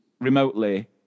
remotely